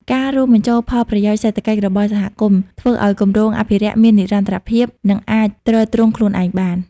ការរួមបញ្ចូលផលប្រយោជន៍សេដ្ឋកិច្ចរបស់សហគមន៍ ធ្វើឱ្យគម្រោងអភិរក្សមាននិរន្តរភាព និងអាចទ្រទ្រង់ខ្លួនឯងបាន។